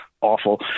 awful